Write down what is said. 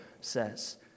says